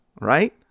right